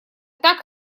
так